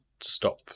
stop